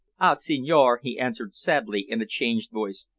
ah, signore! he answered sadly in a changed voice,